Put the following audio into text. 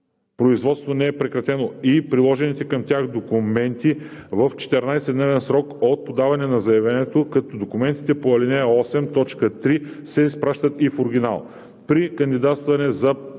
производството не е прекратено, и приложените към тях документи в 14-дневен срок от подаване на заявлението, като документите по ал. 8, т. 3 се изпращат и в оригинал. При кандидатстване за продължаване